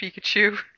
Pikachu